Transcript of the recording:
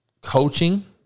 coaching